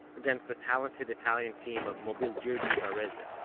against the talented italian team of mobilgirgi varese